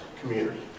community